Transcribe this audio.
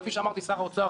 וכפי שאמרתי שר האוצר